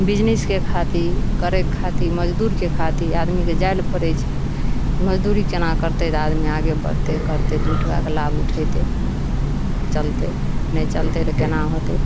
बिजनिसके खातिर करैके खातिर मजदूरके खातिर आदमीके जाइ लए पड़ै छै मजदूरी केना करतै तऽ आदमी आगे बढ़तै करतै दू टका के लाभ उठैतै चलतै नहि चलतै तऽ केना होयतै